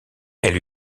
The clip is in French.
elle